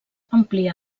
amplia